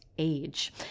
age